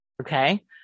okay